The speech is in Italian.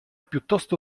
piuttosto